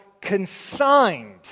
consigned